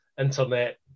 internet